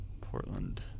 Portland